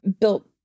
built